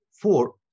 four